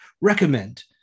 recommend